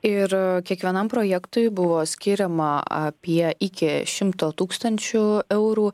ir kiekvienam projektui buvo skiriama apie iki šimto tūkstančių eurų